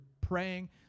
praying